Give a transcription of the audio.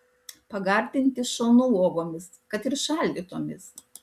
pagardinti šaunu uogomis kad ir šaldytomis